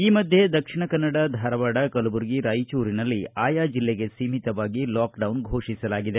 ಈ ಮಧ್ದೆ ದಕ್ಷಿಣ ಕನ್ನಡ ಧಾರವಾಡ ಕಲಬುರಗಿ ರಾಯಚೂರಿನಲ್ಲಿ ಆಯಾ ಜಿಲ್ಲೆಗೆ ಸೀಮಿತವಾಗಿ ಲಾಕ್ಡೌನ್ ಫೋಷಿಸಲಾಗಿದೆ